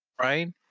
right